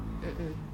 mm mm